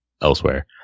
elsewhere